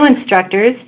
instructors